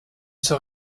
zur